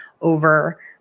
over